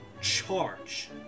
charge